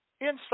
inside